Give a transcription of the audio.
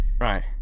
Right